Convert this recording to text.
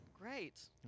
Great